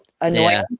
annoying